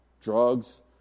drugs